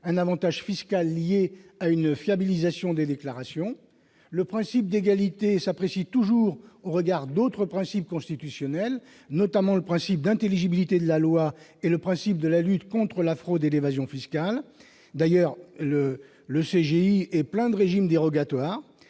un avantage fiscal lié à une fiabilisation des déclarations. Ensuite, le principe d'égalité s'apprécie toujours au regard d'autres principes constitutionnels, notamment le principe d'intelligibilité de la loi et le principe de la lutte contre la fraude et l'évasion fiscales. D'ailleurs, le code général des impôts regorge de régimes dérogatoires.